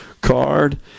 card